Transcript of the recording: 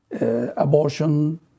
abortion